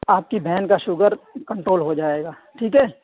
آپ کی بہن کا شوگر کنٹرول ہو جائے گا ٹھیک ہے